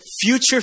future